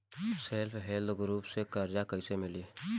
Self help group से कर्जा कईसे मिली?